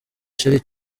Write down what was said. cheri